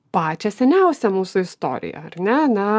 pačią seniausią mūsų istoriją ar ne na